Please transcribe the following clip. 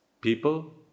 people